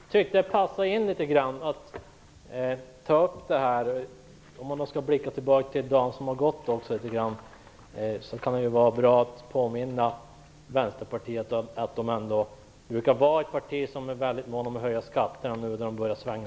Herr talman! Med tanke på dagen som har gått tyckte jag att det passade att ta upp det här. Nu när Vänsterpartiet börjar svänga mer åt höger kan det ju vara bra att påminna vänsterpartisterna om att de ändå brukar vara väldigt måna om att höja skatterna.